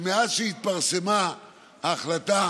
שמאז שהתפרסמה ההחלטה